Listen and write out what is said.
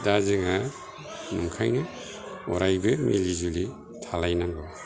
दा जोङो ओंखायनो अरायबो मिलि जुलि थालायनांगौ